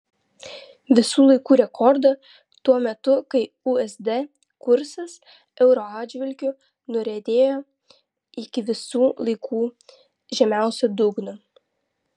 visų laikų rekordą tuo metu kai usd kursas euro atžvilgiu nuriedėjo iki visų laikų žemiausio dugno